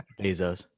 Bezos